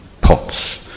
pots